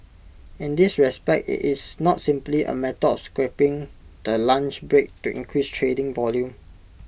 in this respect IT is not simply A matter of scrapping the lunch break to increase trading volume